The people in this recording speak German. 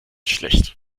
schlecht